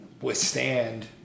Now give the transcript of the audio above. withstand